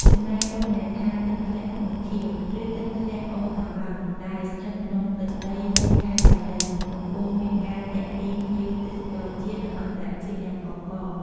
ចំណែក រមណីយដ្ឋាន «ទឹកធ្លាក់ភ្នំខៀវ ឬទឹកធ្លាក់អូរតាវ៉ៅ» ដែលស្ថិតក្នុងទឹកដីនៃខេត្តប៉ៃលិន កំពុងមានការទាក់ទាញភ្ញៀវទេសចរជាតិ និងអន្តរជាតិយ៉ាងកុះករ។